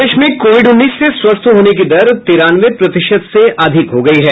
प्रदेश में कोविड उन्नीस से स्वस्थ होने की दर तिरानवे प्रतिशत से अधिक हो गयी है